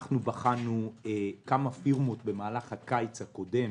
אנחנו בחנו בכמה פירמות במהלך הקיץ הקודם